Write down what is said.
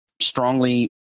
strongly